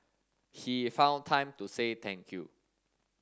he found time to say thank you